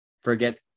forget